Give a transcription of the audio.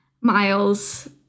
Miles